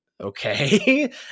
Okay